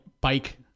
bike